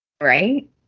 Right